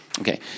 Okay